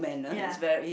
yes